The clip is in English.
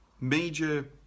major